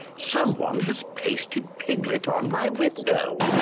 someone has pasted piglet on my window.